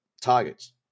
targets